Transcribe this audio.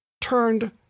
turned